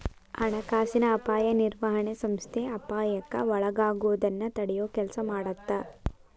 ಹಣಕಾಸಿನ ಅಪಾಯ ನಿರ್ವಹಣೆ ಸಂಸ್ಥೆ ಅಪಾಯಕ್ಕ ಒಳಗಾಗೋದನ್ನ ತಡಿಯೊ ಕೆಲ್ಸ ಮಾಡತ್ತ